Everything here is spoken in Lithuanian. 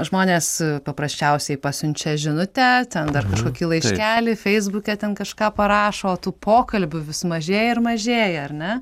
žmonės paprasčiausiai pasiunčia žinutę ten dar kažkokį laiškelį feisbuke ten kažką parašo o tų pokalbių vis mažėja ir mažėja ar ne